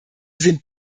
sind